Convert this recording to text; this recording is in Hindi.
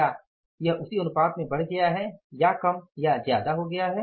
क्या यह उसी अनुपात में बढ़ गया है या कम या ज्यादा हो गया है